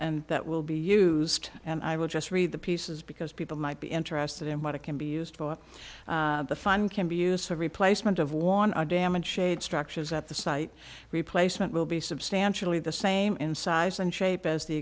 and that will be used and i will just read the pieces because people might be interested in what it can be used for the fun can be used for replacement of one eye damage shade structures at the site replacement will be substantially the same in size and shape as the